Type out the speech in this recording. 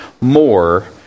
more